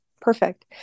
Perfect